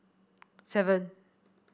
seven